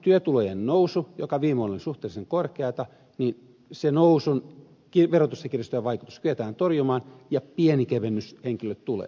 työtulojen nousun joka viime vuonna oli suhteellisen korkeata verotusta kiristävä vaikutus kyetään torjumaan ja pieni kevennys henkilölle tulee